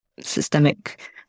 systemic